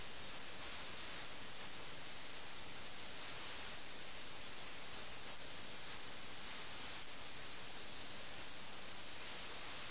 ചിലപ്പോൾ കളി പാതിവഴിയിൽ അവസാനിപ്പിക്കുന്നു എന്നിട്ട് വേർപിരിഞ്ഞ് മിർസ സാഹിബ് പുറത്തിറങ്ങി വീട്ടിലേക്ക് പോകും മീർ സാഹിബ് അകത്തേക്ക് പോകും